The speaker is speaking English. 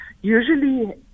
usually